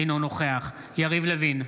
אינו נוכח יריב לוין,